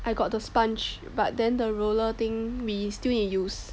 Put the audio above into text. I got the sponge but then the roller thing may still in use